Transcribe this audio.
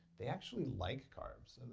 they actually like carbs.